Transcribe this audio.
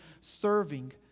serving